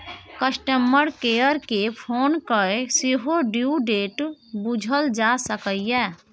customer care केँ phone कए सेहो ड्यु डेट बुझल जा सकैए